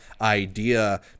idea